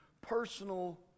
personal